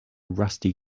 rusty